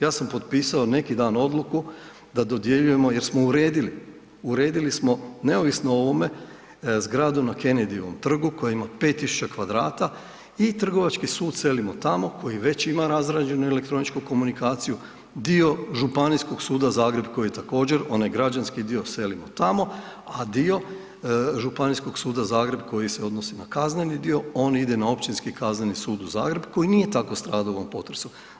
Ja sam potpisao neki dan odluku da dodjeljujemo, jer smo uredili, uredili smo neovisno o ovome, zgradu na Kennedyevom trgu koja ima 5000 m2 i trgovački sud selimo tamo koji već ima razrađenu elektroničku komunikaciju, dio Županijskog suda Zagreb koji je također, onaj građanski dio, selimo tamo, a dio Županijskog suda Zagreb koji se odnosi na kazneni dio, on ide na Općinski kazneni sud u Zagreb koji nije tako stradao u ovom potresu.